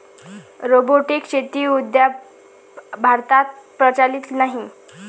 robotic शेती अद्याप भारतात प्रचलित नाही